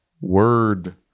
Word